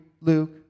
Luke